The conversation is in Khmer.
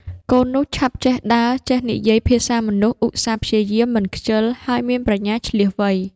កូននោះឆាប់ចេះដើរ ចេះនិយាយភាសាមនុស្ស ឧស្សាហ៍ ព្យាយាម មិនខ្ជិល ហើយមានប្រាជ្ញាឈ្លាសវៃ។